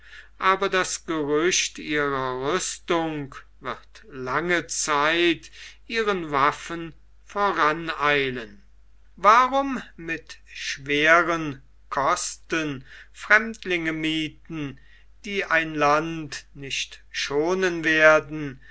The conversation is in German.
aber das gerücht ihrer rüstung wird lange zeit ihren waffen voraneilen warum mit schweren kosten fremdlinge miethen die ein land nicht schonen werden